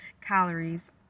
calories